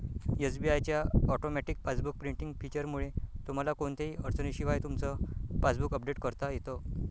SBI च्या automatic passbook printing फीचरमुळे तुम्हाला कोणत्याही अडचणीशिवाय तुमचं पासबुक अपडेट करता येतं